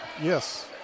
Yes